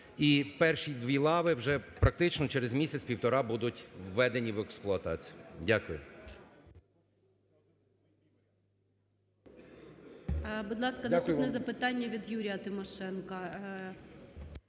І перші дві лави практично через місяць-півтора будуть введені в експлуатацію. Дякую.